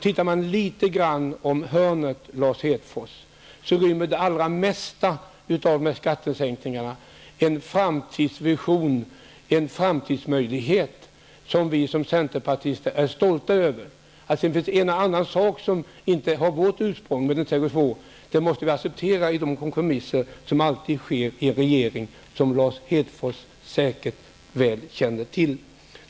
Tittar man litet grand om hörnet, Lars Hedfors, så finner man att det allra mesta av dessa skattesänkningar rymmer en framtidsvision, en framtidsmöjlighet, som vi centerpartister är stolta över. Att det sedan finns en och annan sak som inte har vårt ursprung, det måste vi acceptera i de kompromisser som alltid sker i en regering -- vilket Lars Hedfors säkert väl känner till.